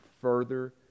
further